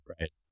right